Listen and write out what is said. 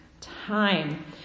time